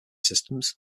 systems